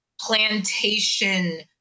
plantation